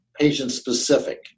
patient-specific